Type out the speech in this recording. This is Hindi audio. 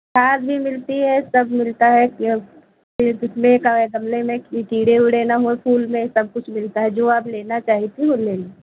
खाद भी मिलती है सब मिलता है केवल कितने का गमले मे कीड़े उड़े ना हो फूल मे सब कुछ मिलता है जो आप लेना चाहती वो ले लो